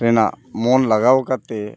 ᱨᱮᱱᱟᱜ ᱢᱚᱱ ᱞᱟᱜᱟᱣ ᱠᱟᱛᱮᱫ